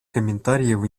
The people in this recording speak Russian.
комментариев